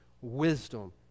wisdom